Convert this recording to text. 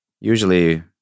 Usually